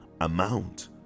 amount